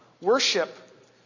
worship